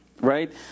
right